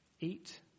Eat